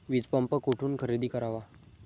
वीजपंप कुठून खरेदी करावा?